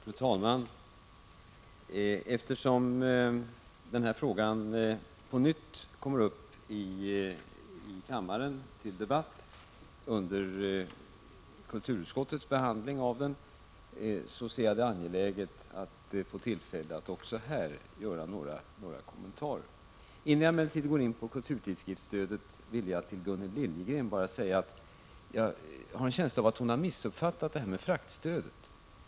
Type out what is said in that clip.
Fru talman! Eftersom den här frågan nu på nytt kommer upp till debatt i kammaren, efter kulturutskottets behandling av ärendet, ser jag det angeläget att även denna gång få tillfälle att göra några kommentarer. Innan jag går in på kulturtidskriftsstödet vill jag till Gunnel Liljegren säga att jag har en känsla av att Gunnel Liljegren missuppfattat det här med fraktstödet.